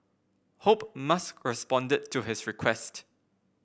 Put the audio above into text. hope Musk responded to his request